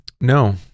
No